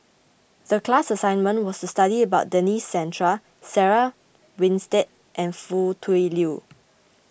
the class assignment was to study about Denis Santry Sarah Winstedt and Foo Tui Liew